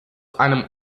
einem